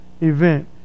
event